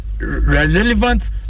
relevant